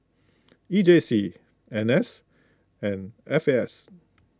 E J C N S and F A S